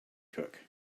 cook